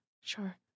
Sure